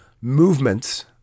movements